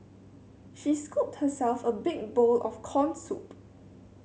she scooped herself a big bowl of corn soup